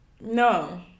No